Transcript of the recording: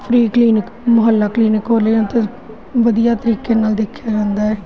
free clinic ਮੁਹੱਲਾ clinic ਖੋਲੇ ਉੱਥੇ ਵਧੀਆ ਤਰੀਕੇ ਨਾਲ ਦੇਖਿਆ ਜਾਂਦਾ ਹੈ